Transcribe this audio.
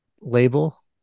label